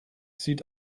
sieht